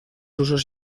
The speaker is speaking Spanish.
usos